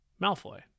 Malfoy